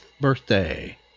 birthday